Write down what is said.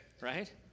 right